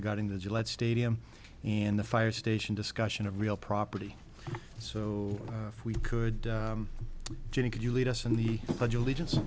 regarding the gillette stadium and the fire station discussion of real property so if we could join it could you lead us in the pledge allegiance